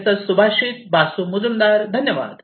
professor Subhashish Basu Majumdar धन्यवाद